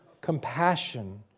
compassion